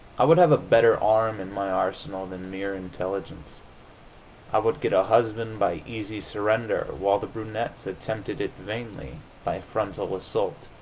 i would have a better arm in my arsenal than mere intelligence i would get a husband by easy surrender while the brunettes attempted it vainly by frontal assault.